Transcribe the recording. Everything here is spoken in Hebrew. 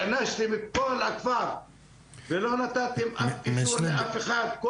הענשתם את כל הכפר ולא נתתם אף אישור מאף אחד.